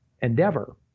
endeavor